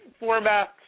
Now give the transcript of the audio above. formats